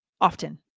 often